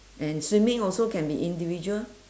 and swimming also can be individual